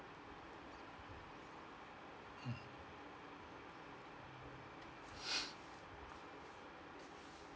mm